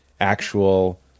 actual